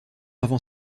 avant